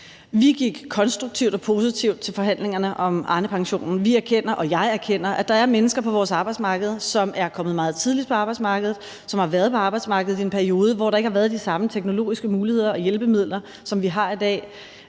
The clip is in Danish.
Vi gik konstruktivt og positivt til forhandlingerne om Arnepensionen. Vi erkender og jeg erkender, at der er mennesker på vores arbejdsmarked, som er kommet meget tidligt på arbejdsmarkedet, og som har været på arbejdsmarkedet i en periode, hvor der ikke har været de samme teknologiske muligheder og hjælpemidler, som vi har i dag.